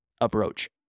approach